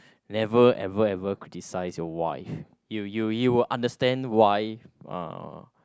never ever ever criticize your wife you you you will understand why uh